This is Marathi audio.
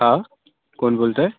हां कोण बोलतं आहे